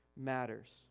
matters